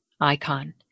ICON